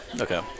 okay